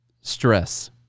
stress